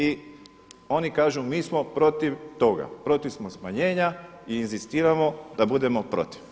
I oni kažu, mi smo protiv toga, protiv smo smanjenja i inzistiramo da budemo protiv.